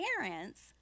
parents